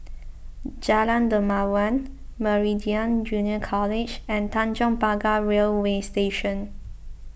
Jalan Dermawan Meridian Junior College and Tanjong Pagar Railway Station